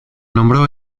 nombró